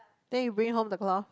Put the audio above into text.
then you bring home the cloth